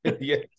Yes